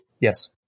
Yes